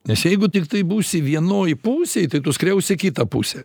nes jeigu tiktai būsi vienoj pusėj tai tu skriausi kitą pusę